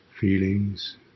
feelings